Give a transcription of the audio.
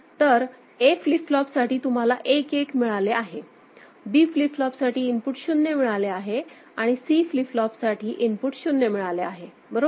तर A flip फ्लॉपसाठी तुम्हाला 11 मिळाले आहेत B फ्लिप फ्लॉपसाठी इनपुट 0 मिळाले आहे आणि C फ्लिप फ्लॉपसाठी इनपुट 0 मिळाले आहे बरोबर